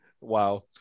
wow